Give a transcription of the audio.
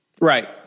Right